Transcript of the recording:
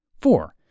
four